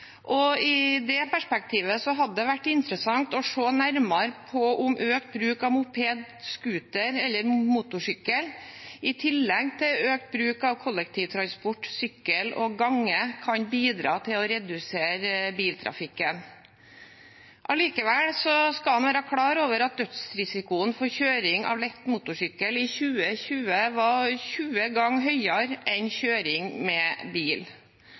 I det perspektivet hadde det vært interessant å se nærmere på om økt bruk av moped, scooter og motorsykkel i tillegg til økt bruk av kollektivtransport, sykkel og gange kan bidra til å redusere biltrafikken. Allikevel skal en være klar over at dødsrisikoen ved kjøring med lett motorsykkel i 2020 var 20 ganger høyere enn for kjøring med bil.